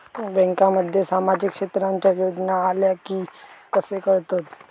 बँकांमध्ये सामाजिक क्षेत्रांच्या योजना आल्या की कसे कळतत?